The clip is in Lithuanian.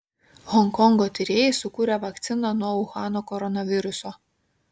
honkongo tyrėjai sukūrė vakciną nuo uhano koronaviruso